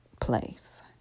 place